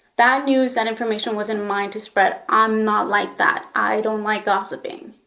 that news, that information wasn't mine to spread. i'm not like that, i don't like gossiping.